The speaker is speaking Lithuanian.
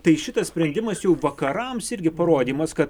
tai šitas sprendimas jau vakarams irgi parodymas kad